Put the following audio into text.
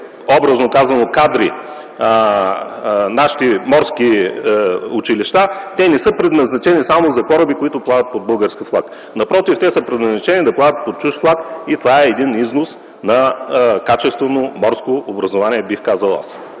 произвеждат нашите морски училища, те не са предназначени само за кораби, които плават под български флаг. Напротив, те са предназначени да плават под чужд флаг. Това е износ на качествено морско образование, бих казал аз.